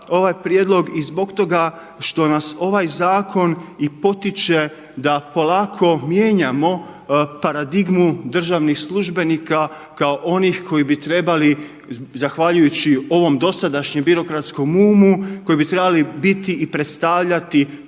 ovaj prijedlog i zbog toga što nas ovaj zakon i potiče da polako mijenjamo paradigmu državnih službenika kao onih koji bi trebali zahvaljujući ovom birokratskom umu, koji bi trebali biti i predstavljati